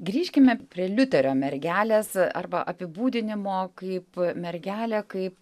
grįžkime prie liuterio mergelės arba apibūdinimo kaip mergelė kaip